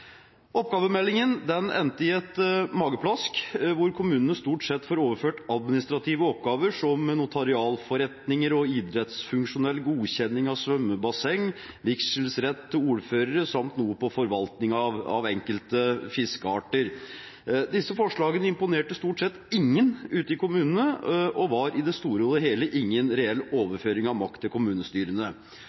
Oppgavemeldingen endte i et mageplask, hvor kommunene stort sett får overført administrative oppgaver som notarialforretninger, idrettsfunksjonell godkjenning av svømmebasseng, vigselsrett til ordførere samt noe som går på forvaltning av enkelte fiskearter. Disse forslagene imponerte stort sett ingen ute i kommunene og var i det store og hele ingen reell overføring av makt til kommunestyrene.